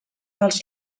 dels